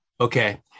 Okay